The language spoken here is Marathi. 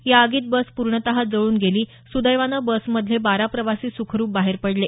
या आगीत बस पूर्णतः जाळून गेली सुदैवानं बस मधले बारा प्रवासी सुखरूप बाहेर पडले